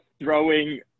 throwing